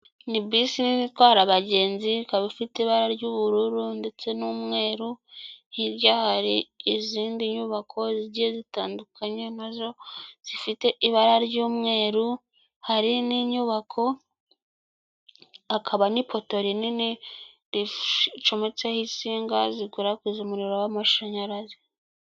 Ni bisi nini itwara abagenzi, ikaba ifite ibara ry'ubururu ndetse n'umweru, hirya hari izindi nyubako zigiye zitandukanye nazo zifite ibara ry'umweru, hari n'inyubako, hakaba n'ipoto rinini ricometseho insinga zikwikwiza umuriro w'amashanyarazi.